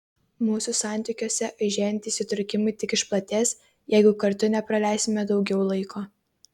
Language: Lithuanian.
mūsų santykiuose aižėjantys įtrūkimai tik išplatės jeigu kartu nepraleisime daugiau laiko